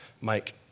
Mike